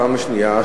פעם שנייה,